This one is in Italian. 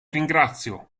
ringrazio